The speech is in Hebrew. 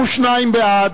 32 בעד,